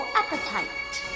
appetite